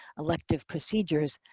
elective procedures.